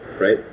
right